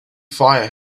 fire